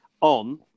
on